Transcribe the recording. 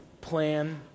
plan